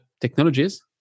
technologies